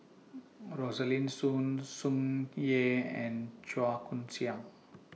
Rosaline Soon Tsung Yeh and Chua Koon Siong